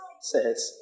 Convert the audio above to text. says